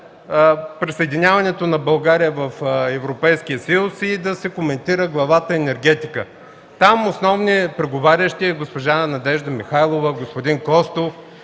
присъединяването на България в Европейския съюз и да се коментира Глава „Енергетика”. Там основните преговарящи са госпожа Надежда Михайлова и господин Костов.